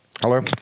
Hello